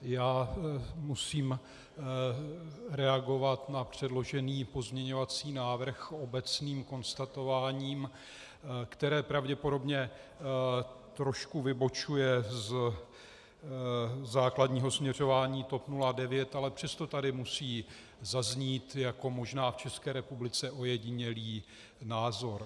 Já musím reagovat na předložený pozměňovací návrh obecným konstatováním, které pravděpodobně trošku vybočuje ze základního směřování TOP 09, ale přesto tady musí zaznít, jako možná v České republice ojedinělý názor.